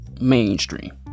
mainstream